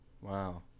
Wow